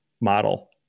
model